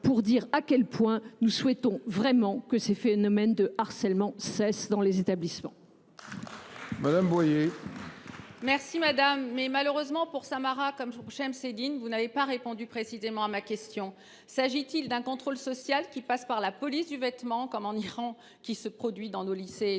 pas à dire à quel point nous souhaitons vraiment que ces phénomènes de harcèlement cessent dans nos établissements.